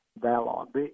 dialogue